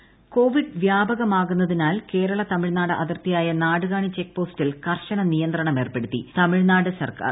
E pass Covid വ്യാപകമാകുന്നതിനാൽ കേരള തമിഴ്നാട് അതിർത്തിയായ നാടുകാണി ചെക്ക്പോസ്റ്റിൽ കർശന നിയന്ത്രണമേർപ്പെടുത്തി തമിഴ്നാട് സർക്കാർ